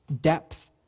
depth